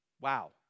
Wow